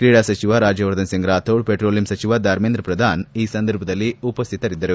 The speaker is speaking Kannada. ಕ್ರೀಡಾ ಸಚಿವ ರಾಜ್ಯ ವರ್ಧನ್ ಸಿಂಗ್ ರಾಥೋಡ್ ಪೆಟ್ರೋಲಿಯಂ ಸಚಿವ ಧರ್ಮೇಂದ್ರ ಪ್ರಧಾನ್ ಉಪಸ್ಥಿತರಿದ್ದರು